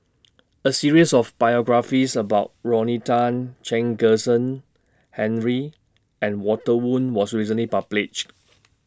A series of biographies about Rodney Tan Chen Kezhan Henri and Walter Woon was recently published